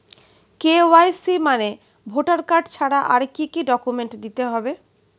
KYC মানে voter card ছাড়া আর কি কি ডকুমেন্ট দিতে হবে?